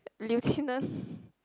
lieutenant